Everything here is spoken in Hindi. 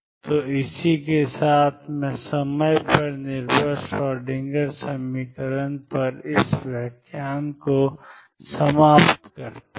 तो इसी के साथ मैं समय पर निर्भर श्रोएडिंगर समीकरण पर इस व्याख्यान को समाप्त करता हूं